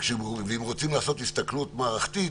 ואם רוצים לעשות הסתכלות מערכתית